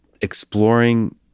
exploring